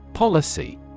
Policy